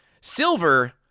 Silver